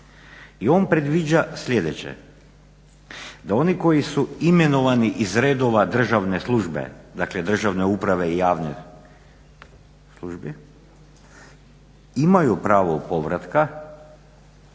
I on predviđa sljedeće, da oni koji su imenovani iz redova državne službe, dakle državne uprave i javne službe, imaju pravo povratka